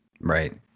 Right